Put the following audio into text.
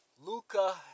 Luca